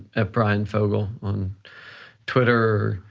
at bryan fogel on twitter,